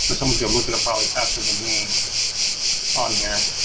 but someone's gonna look it up probably faster than me on here.